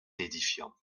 édifiant